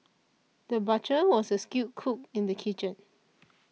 the butcher was also a skilled cook in the kitchen